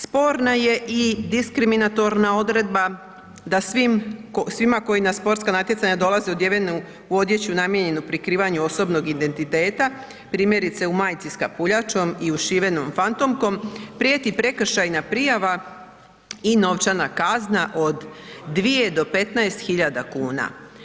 Sporna je i diskriminatorna odredba da svima koji na sportska natjecanja dolaze odjeveni u odjeću namijenjenu prikrivanju osobnog identiteta, primjerice u majici s kapuljačom i ušivenom fantomkom, prijeti prekršajna prijava i novčana kazna od 2 do 15 hiljada kuna.